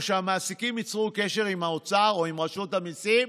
או שהמעסיקים ייצרו קשר עם האוצר או עם רשות המיסים,